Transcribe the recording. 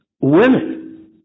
women